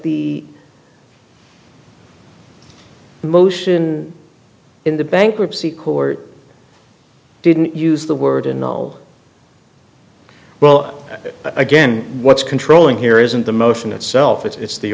the motion in the bankruptcy court didn't use the word in all well again what's controlling here isn't the motion itself it's